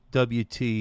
WT